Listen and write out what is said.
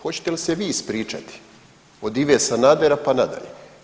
Hoćete li se vi ispričati od Ive Sanadera pa nadalje?